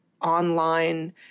online